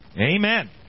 Amen